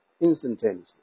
instantaneously